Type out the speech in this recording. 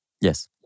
Yes